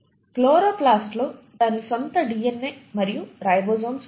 chloroplast లో దాని సొంత డిఎన్ఏ మరియు రైబోసోమ్స్ ఉంటాయి